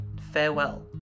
farewell